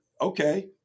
okay